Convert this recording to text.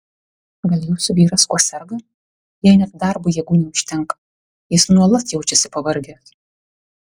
gal jūsų vyras kuo serga jei net darbui jėgų neužtenka jis nuolat jaučiasi pavargęs